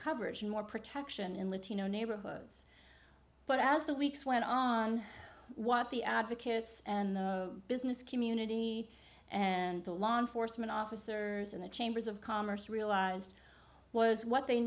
coverage and more protection in latino neighborhoods but as the weeks went on what the advocates and the business community and the law enforcement officers in the chambers of commerce realized was what they